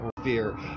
fear